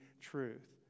truth